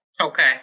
Okay